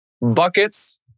buckets